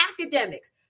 academics